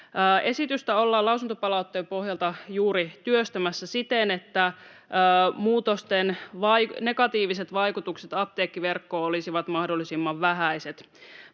Esitystä ollaan lausuntopalautteen pohjalta juuri työstämässä siten, että muutosten negatiiviset vaikutukset apteekkiverkkoon olisivat mahdollisimman vähäiset.